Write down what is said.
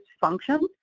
functions